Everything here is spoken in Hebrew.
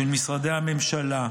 של משרדי הממשלה,